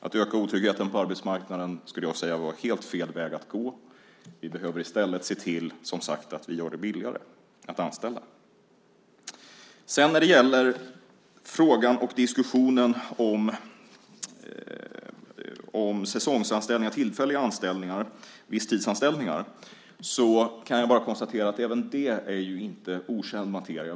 Att öka otryggheten på arbetsmarknaden skulle jag säga var helt fel väg att gå. Vi behöver i stället, som sagt, se till att vi gör det billigare att anställa. När det gäller frågan och diskussionen om säsongsanställningar, tillfälliga anställningar och visstidsanställningar kan jag bara konstatera att inte heller det är okänd materia.